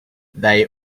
they